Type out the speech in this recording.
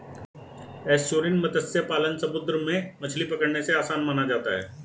estuarine मत्स्य पालन समुंदर में मछली पकड़ने से आसान माना जाता है